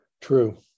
True